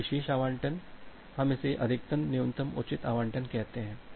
यह विशेष आवंटन हम इसे अधिकतम न्यूनतम उचित आवंटन कहते हैं